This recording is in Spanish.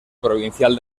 provincial